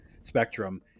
spectrum